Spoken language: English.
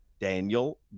Daniel